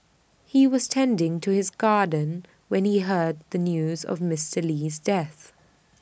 he was tending to his garden when he heard the news of Mister Lee's death